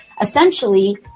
Essentially